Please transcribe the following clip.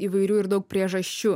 įvairių ir daug priežasčių